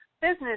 business